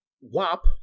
WAP